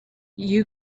you